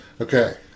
Okay